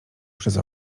przez